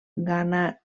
ghana